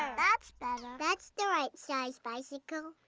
um that's that's the right size bicycle.